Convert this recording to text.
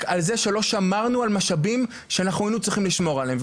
על זה שלא שמרנו על משאבים שהיינו צריכים לשמור עליהם.